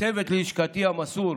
לצוות לשכתי המסור,